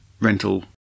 rental